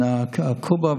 עין נקובא,